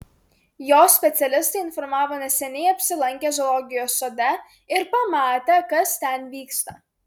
jos specialistai informavo neseniai apsilankę zoologijos sode ir pamatę kas ten vyksta